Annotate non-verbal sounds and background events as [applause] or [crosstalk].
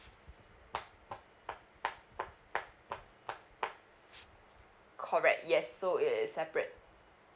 [noise] correct yes so it is separate